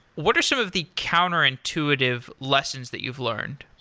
what are some of the counterintuitive lessons that you've learned?